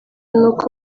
n’uko